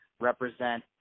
represent